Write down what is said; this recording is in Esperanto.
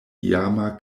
iama